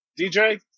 DJ